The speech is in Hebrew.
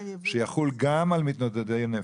שיחול גם על מתמודדי נפש.